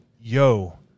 yo